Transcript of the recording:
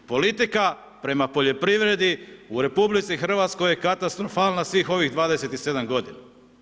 Politika prema poljoprivredi u RH je katastrofalna svih ovih 27 godina.